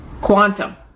quantum